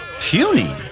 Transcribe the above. puny